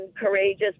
courageous